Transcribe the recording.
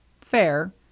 Fair